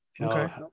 Okay